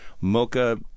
mocha